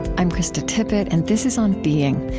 i'm krista tippett, and this is on being.